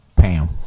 Pam